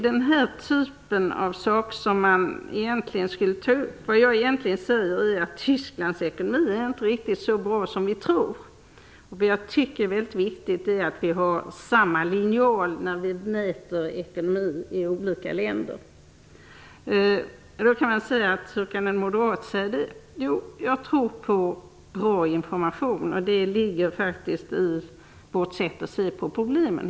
Det är den typen av frågor som egentligen borde tas upp. Vad jag egentligen säger är att Tysklands ekonomi inte riktigt är så bra som vi tror. Det är väldigt viktigt att vi har samma linjal när vi mäter ekonomin i olika länder. Hur kan en moderat säga detta? Jo, jag tror på det här med bra information. Det ligger faktiskt i vårt sätt att se på problemen.